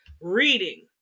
reading